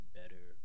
better